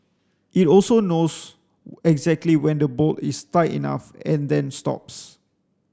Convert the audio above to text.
it also knows exactly when the bolt is tight enough and then stops